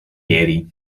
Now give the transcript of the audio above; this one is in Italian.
ieri